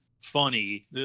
funny